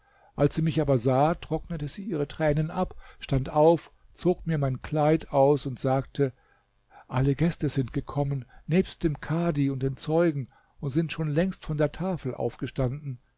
als sie mich aber sah trocknete sie ihre tränen ab stand auf zog mir mein kleid aus und sagte alle gäste sind gekommen nebst dem kadhi und den zeugen und sind schon längst von der tafel aufgestanden